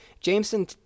Jameson